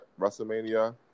WrestleMania